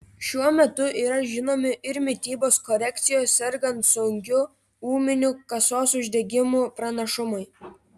šiuo metu yra žinomi ir mitybos korekcijos sergant sunkiu ūminiu kasos uždegimu pranašumai